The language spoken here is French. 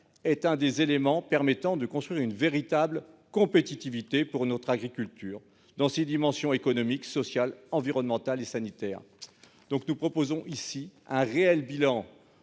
est l'un des éléments permettant de construire une véritable compétitivité pour notre agriculture dans ses dimensions économiques, sociales, environnementales et sanitaires. Nous proposons que soit